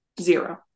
zero